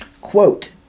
Quote